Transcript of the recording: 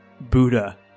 buddha